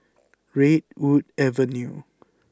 Redwood Avenue